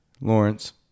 Lawrence